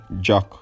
Jack